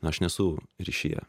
aš nesu ryšyje